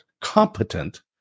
competent